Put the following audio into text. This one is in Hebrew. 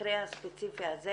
במקרה הספציפי הזה